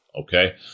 Okay